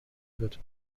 wird